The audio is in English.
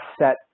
set